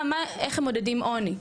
איך הם מודדים עוני?